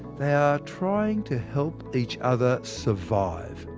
they are trying to help each other survive.